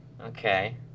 Okay